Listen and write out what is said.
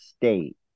state